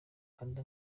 kandi